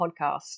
podcast